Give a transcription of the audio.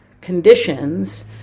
conditions